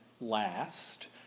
last